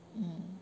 mm